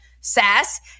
SASS